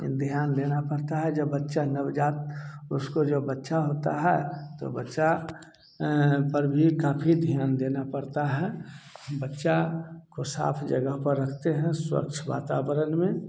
ध्यान देना पड़ता है जब बच्चा नवजात उसको जब बच्चा होता है तो बच्चा पर भी काफी ध्यान देना पड़ता है बच्चा को साफ़ जगह पर रखते हैं स्वच्छ वातावरण में